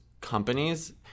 companies